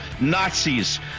Nazis